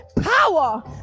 Power